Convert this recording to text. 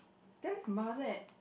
that's mother and